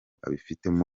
abifitemo